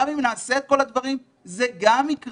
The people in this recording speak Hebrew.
גם אם נעשה את כל הדברים זה גם יקרה,